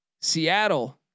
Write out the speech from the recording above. Seattle